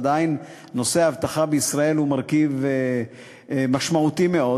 עדיין נושא האבטחה בישראל הוא מרכיב משמעותי מאוד,